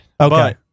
Okay